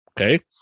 Okay